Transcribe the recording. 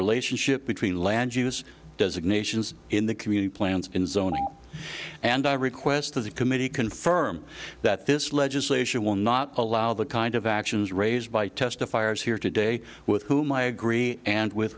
relationship between law and use designations in the community plans and i request that the committee confirm that this legislation will not allow the kind of actions raised by testifiers here today with whom i agree and with